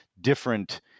different